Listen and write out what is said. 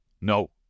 No